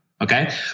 okay